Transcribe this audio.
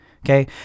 Okay